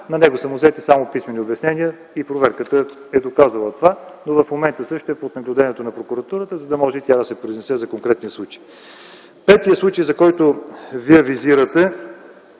на него са му взети само писмени обяснения и проверката е доказала това, но в момента същият е под наблюдението на прокуратурата, за да може и тя да се произнесе по конкретния случай. Петият случай, който Вие визирате,